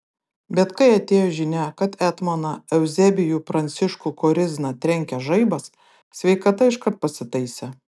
bet kai atėjo žinia kad etmoną euzebijų pranciškų korizną trenkė žaibas sveikata iškart pasitaisė